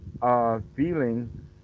Feeling